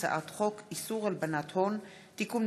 הצעת חוק קרן לאזרחי ישראל (תיקון,